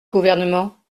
gouvernement